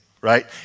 right